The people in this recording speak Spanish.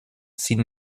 sin